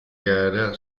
gara